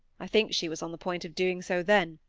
i think she was on the point of doing so then,